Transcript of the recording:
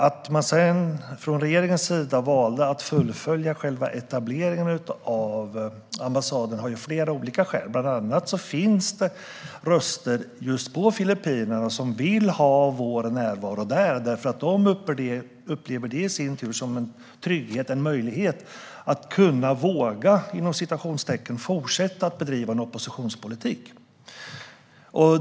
Att man sedan från regeringens sida valde att fullfölja själva etableringen av ambassaden har flera olika skäl. Bland annat finns det röster just i Filippinerna som uttrycker att man vill ha vår närvaro där, därför att de upplever det som en trygghet, en möjlighet att "våga" fortsätta bedriva en oppositionspolitik.